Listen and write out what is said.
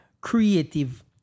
creative